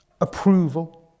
approval